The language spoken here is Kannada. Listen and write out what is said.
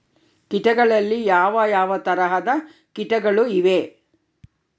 ಕೇಟಗಳಲ್ಲಿ ಯಾವ ಯಾವ ತರಹದ ಕೇಟಗಳು ಇವೆ?